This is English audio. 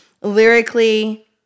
lyrically